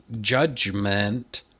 judgment